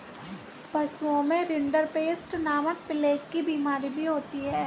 पशुओं में रिंडरपेस्ट नामक प्लेग की बिमारी भी होती है